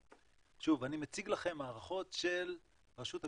שוב, אני מציג לכם הערכות של רשות המסים,